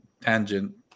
Tangent